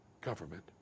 government